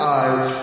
eyes